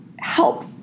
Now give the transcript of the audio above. help